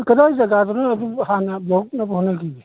ꯀꯗꯥꯏ ꯖꯒꯥꯗꯅꯣ ꯑꯗꯨ ꯍꯥꯟꯅ ꯌꯧꯔꯛꯅꯕ ꯍꯣꯠꯅꯒꯤꯒꯦ